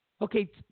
Okay